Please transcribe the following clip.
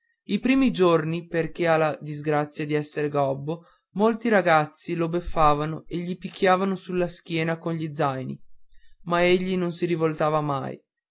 i primi giorni perché ha quella disgrazia d'esser gobbo molti ragazzi lo beffavano e gli picchiavan sulla schiena con gli zaini ma egli non si rivoltava mai